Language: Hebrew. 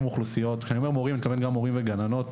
כאשר אני אומר מורים הכוונה למורים וגננות,